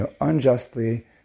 unjustly